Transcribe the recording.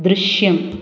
ദൃശ്യം